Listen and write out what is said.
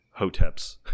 hoteps